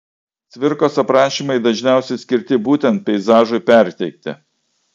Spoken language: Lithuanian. cvirkos aprašymai dažniausiai skirti būtent peizažui perteikti